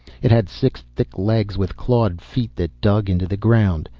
it had six thick legs with clawed feet that dug into the ground.